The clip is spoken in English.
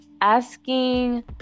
asking